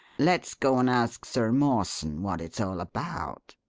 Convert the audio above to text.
let's go and ask sir mawson what it's all about.